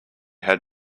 had